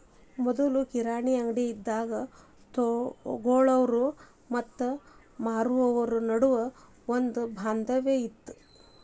ಮೊದ್ಲು ಕಿರಾಣಿ ಅಂಗ್ಡಿ ಇದ್ದಾಗ ತೊಗೊಳಾವ್ರು ಮತ್ತ ಮಾರಾವ್ರು ನಡುವ ಒಂದ ಬಾಂಧವ್ಯ ಇತ್ತ